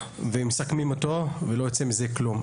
מסכמים אותו ולא יוצא מזה כלום.